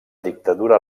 dictadura